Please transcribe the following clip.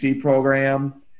program